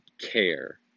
care